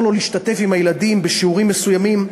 לו להשתתף עם הילדים בשיעורים מסוימים,